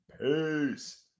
Peace